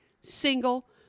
single